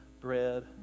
bread